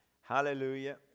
Hallelujah